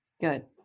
Good